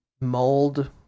mold